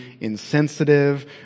insensitive